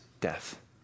death